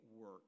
work